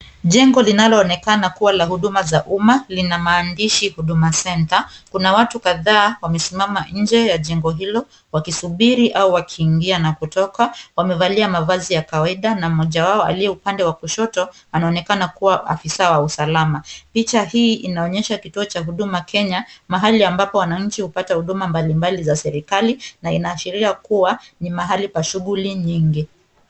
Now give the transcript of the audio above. Jengo linaloonekana kuwa la huduma za umma lina maandishi huduma centre, kuna watu kadhaa wamesimama nje ya jengo hilo wakisubiri au wakiingia na kutoka. Wamevalia mavazi ya kawaida na mmoja wao aliye upande wa kushoto anaonekana kuwa afisa wa usalama. Picha hii inaonyesha kituo cha huduma Kenya, mahali ambapo wananchi hupata huduma mbalimbali za serikali na inaashiria kuwa ni mahali pa shughuli nyingi.